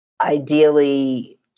Ideally